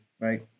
right